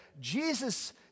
Jesus